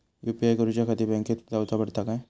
UPI करूच्याखाती बँकेत जाऊचा पडता काय?